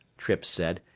trippe said,